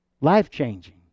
Life-changing